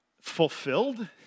Fulfilled